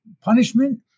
punishment